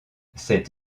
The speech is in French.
cette